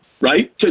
right